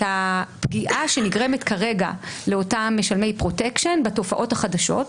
הפגיעה שנגרמת כרגע לאותם משלמי פרוטקשן בתופעות החדשות,